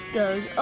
goes